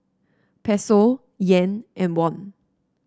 Peso Yen and Won